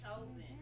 chosen